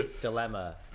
dilemma